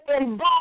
involved